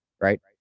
Right